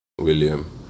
William